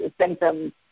symptoms